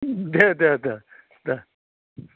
दे दे दे दे